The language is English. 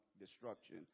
destruction